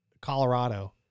Colorado